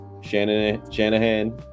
Shanahan